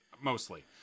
Mostly